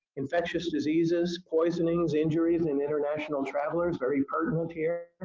infectious diseases, poisonings, injuries, and international travelers. very pertinent here.